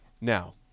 now